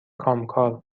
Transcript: کامکار